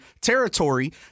territory